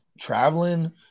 traveling